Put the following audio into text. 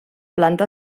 planta